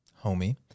homie